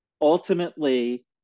ultimately